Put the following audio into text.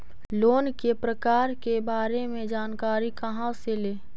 Loan के प्रकार के बारे मे जानकारी कहा से ले?